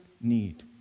need